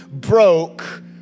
broke